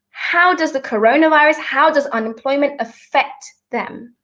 how does the coronavirus, how does unemployment, affect them?